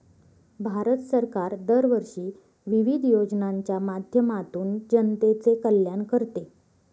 भारत सरकार दरवर्षी विविध योजनांच्या माध्यमातून जनतेचे कल्याण करते